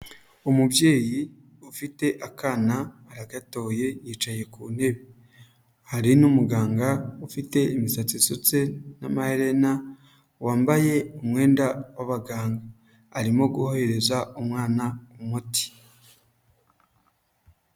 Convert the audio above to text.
Umubyeyi ufite akana aragatoye yicaye ku ntebe. Hari n'umuganga ufite imisatsi isutse n' maherena wambaye umwenda w'abaganga arimo guhereza umwana umuti.